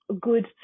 good